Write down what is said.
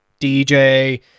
DJ